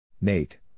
Nate